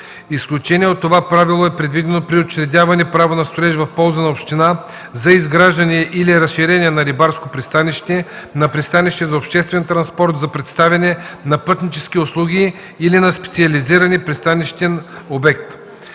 Изключение от това правило е предвидено при учредяване право на строеж в полза на община за изграждане или разширение на рибарско пристанище, на пристанище за обществен транспорт за предоставяне на пътнически услуги или на специализиран пристанищен обект.